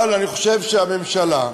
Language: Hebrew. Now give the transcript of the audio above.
אבל אני חושב שהממשלה,